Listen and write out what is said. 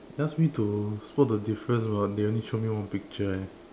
they ask me to spot the difference but they only show me one picture eh